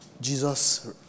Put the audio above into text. Jesus